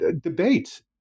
debate